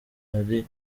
hari